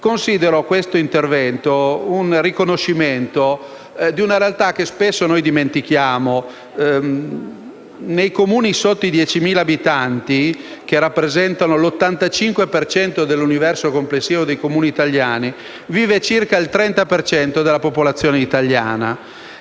Considero questo intervento come il riconoscimento di una realtà che spesso noi dimentichiamo. Nei Comuni che hanno meno di 10.000 abitanti, che rappresentano l'85 per cento dell'universo complessivo dei Comuni italiani, vive circa il 30 per cento della popolazione italiana.